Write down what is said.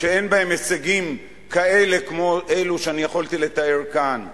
שאין בהם הישגים כאלה כמו אלו שיכולתי לתאר כאן,